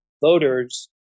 voters